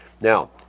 Now